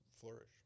flourish